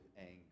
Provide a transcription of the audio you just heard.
anger